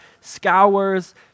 scours